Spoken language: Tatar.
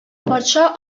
патша